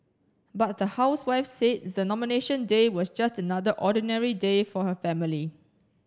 but the housewife said the Nomination Day was just another ordinary day for her family